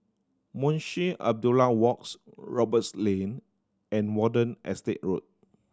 Munshi Abdullah Walks Roberts Lane and Watten Estate Road